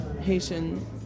Haitian